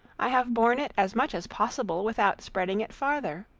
i have borne it as much as possible without spreading it farther.